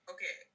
Okay